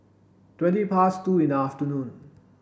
twenty past two in the afternoon